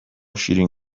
شیرین